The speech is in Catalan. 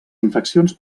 infeccions